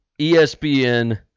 ESPN